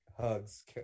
hugs